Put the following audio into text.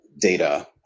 data